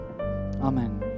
amen